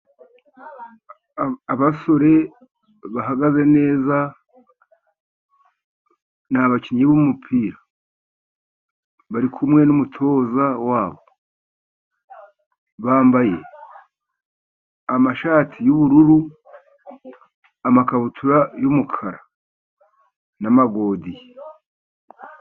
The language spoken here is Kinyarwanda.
Abasore bahagaze neza. Ni abakinnyi b'umupira bari kumwe n'umutoza wabo. Bambaye amashati y'ubururu amakabutura y'umukara n'amagodiyo.